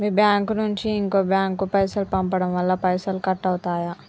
మీ bank నుంచి ఇంకో bank కు పైసలు పంపడం వల్ల పైసలు కట్ అవుతయా?